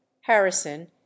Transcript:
Harrison